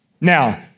Now